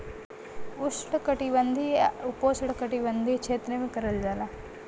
उष्णकटिबंधीय या उपोष्णकटिबंधीय क्षेत्र में करल जाला